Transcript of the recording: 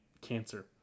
cancer